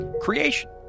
Creation